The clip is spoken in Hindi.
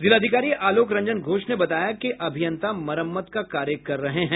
जिलाधिकारी आलोक रंजन घोष ने बताया कि अभियंता मरम्मत का कार्य कर रहे हैं